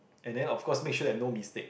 and then of course make sure that no mistake